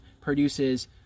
produces